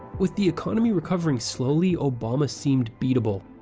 with the economy recovering slowly, obama seemed beatable.